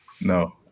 No